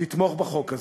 תתמוך בחוק הזה.